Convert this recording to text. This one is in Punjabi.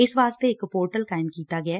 ਇਸ ਵਾਸਤੇ ਇਕ ਪੋਰਟਲ ਕਾਇਮ ਕੀਤਾ ਗਿਐ